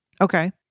Okay